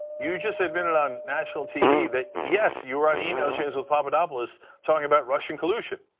you just admitted on national tv that yes, you were on email chains with papadopoulos talking about russian collusion.